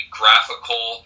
graphical